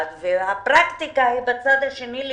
והפרקטיקה היא בצד השני.